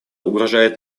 угрожает